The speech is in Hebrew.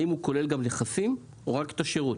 האם הוא כולל גם נכסים או רק את השירות?